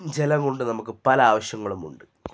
ജലം കൊണ്ട് നമുക്ക് പല ആവശ്യങ്ങളുമുണ്ട്